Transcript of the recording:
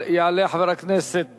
יעלה חבר הכנסת